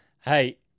Hey